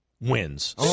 wins